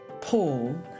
Paul